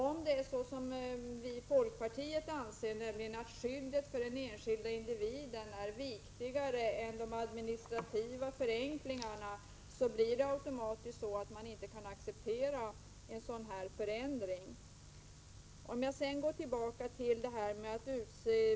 Om det är så som vi i folkpartiet anser, nämligen att skyddet för den enskilde individen är viktigare än de administrativa förenklingarna, blir det automatiskt så att man inte kan acceptera en sådan här förändring.